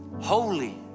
holy